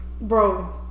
Bro